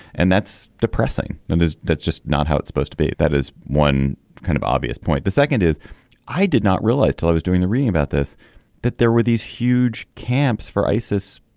and that's depressing. and that's just not how it's supposed to be. that is one kind of obvious point the second is i did not realize till i was doing the reading about this that there were these huge camps for isis.